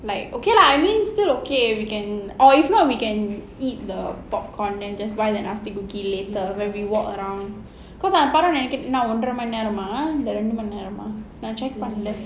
like okay lah I mean still okay we can or if not we can eat the popcorn then just buy the nasty cookie later when we walk around because ஒன்ற மணி நேரமா:ondra mani neramaa